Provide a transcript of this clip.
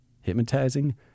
hypnotizing